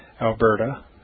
Alberta